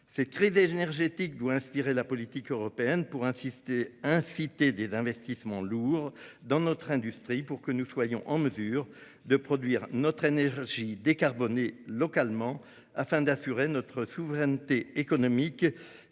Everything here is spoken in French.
Cette crise énergétique doit inspirer la politique européenne pour encourager des investissements lourds dans notre industrie, afin que nous soyons en mesure de produire notre énergie décarbonée localement. Il s'agit d'assurer notre souveraineté économique,